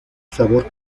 sabor